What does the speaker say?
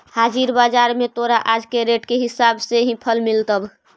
हाजिर बाजार में तोरा आज के रेट के हिसाब से ही फल मिलतवऽ